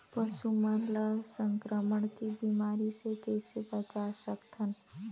पशु मन ला संक्रमण के बीमारी से कइसे बचा सकथन?